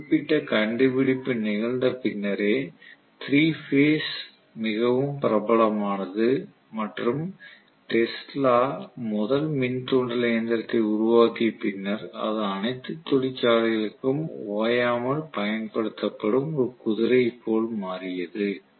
இந்த குறிப்பிட்ட கண்டுபிடிப்பு நிகழ்ந்த பின்னரே 3 பேஸ் மிகவும் பிரபலமானது மற்றும் டெஸ்லா முதல் மின்தூண்டல் இயந்திரத்தை உருவாக்கிய பின்னர் அது அனைத்து தொழிற்சாலைகளுக்கும் ஓயாமல் பயன்படுத்தப்படும் ஒரு குதிரையை போல மாறியது